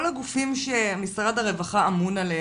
כל הגופים שמשרד הרווחה אמון עליהם,